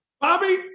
Bobby